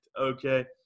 okay